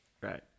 Right